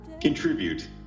Contribute